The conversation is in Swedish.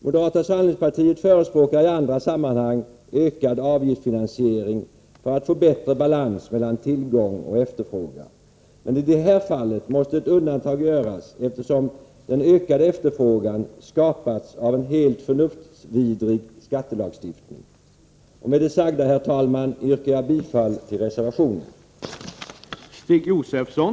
Moderata samlingspartiet förespråkar i andra sammanhang en ökad avgiftsfinansiering för att få bättre balans mellan tillgång och efterfrågan. Menii det här fallet måste ett undantag göras, eftersom den ökade efterfrågan skapats av en helt förnuftsvidrig skattelagstiftning. Med det sagda, herr talman, yrkar jag bifall till reservationen.